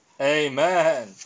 amen